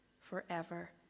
forever